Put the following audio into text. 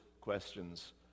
questions